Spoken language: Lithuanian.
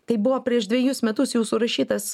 tai buvo prieš dvejus metus jau surašytas